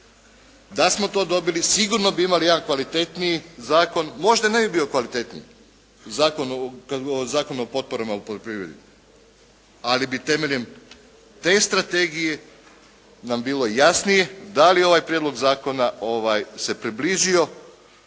Da smo to dobili sigurno bi imali jedan kvalitetniji zakon. Možda ne bi bio kvalitetniji Zakon o potporama u poljoprivredi, ali bi temeljem te strategije nam bilo jasnije da li ovaj prijedlog zakona se približio,